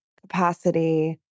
capacity